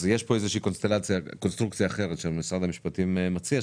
יש איזושהי קונסטרוקציה אחרת שמשרד המשפטים מציע,